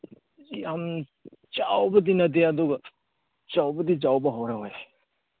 ꯌꯥꯝ ꯆꯥꯎꯕꯗꯤ ꯅꯠꯇꯦ ꯑꯗꯨꯒ ꯆꯥꯎꯕꯗꯤ ꯆꯥꯎꯕ ꯍꯧꯔꯦ ꯍꯣꯏ